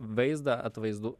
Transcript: vaizdą atvaizdu